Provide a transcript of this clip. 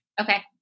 Okay